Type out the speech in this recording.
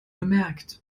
bemerkt